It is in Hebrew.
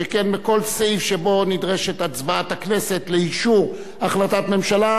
שכן כל סעיף שבו נדרשת הצבעת הכנסת לאישור החלטת ממשלה,